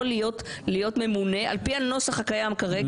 אבל האם אסיר יכול להיות ממונה על פי הנוסח הקיים כיום?